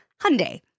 Hyundai